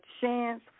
chance